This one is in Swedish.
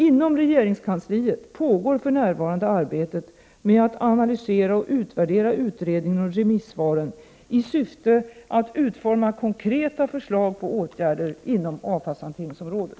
Inom regeringskansliet pågår för närvarande arbetet med att analysera och utvärdera utredningen och remissvaren i syfte att utforma konkreta förslag på åtgärder inom avfallshanteringsområdet.